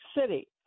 City